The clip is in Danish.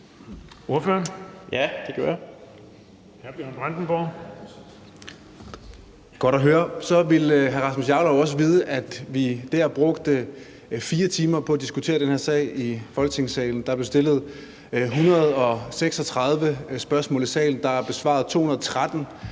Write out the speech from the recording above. Bjørn Brandenborg (S): Det er godt at høre. Så vil hr. Rasmus Jarlov også vide, at vi dér brugte 4 timer på at diskutere den her sag i Folketingssalen. Der blev stillet 136 spørgsmål i salen. Der er blevet besvaret 213